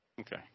Okay